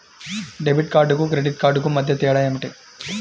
Debit కార్డుకు credit కార్డుకు మధ్య తేడా ఏమిటీ?